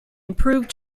improved